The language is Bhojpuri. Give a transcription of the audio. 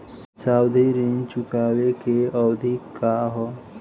सावधि ऋण चुकावे के अवधि का ह?